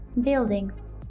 Buildings